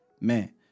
Man